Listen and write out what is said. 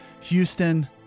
houston